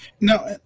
Now